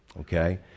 Okay